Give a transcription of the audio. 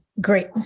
great